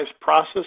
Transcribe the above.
process